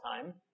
time